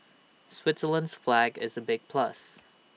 Switzerland's flag is A big plus